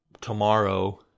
tomorrow